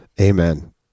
Amen